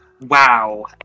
wow